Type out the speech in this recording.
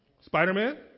spider-man